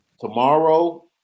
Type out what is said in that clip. Tomorrow